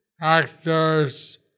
actors